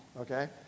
Okay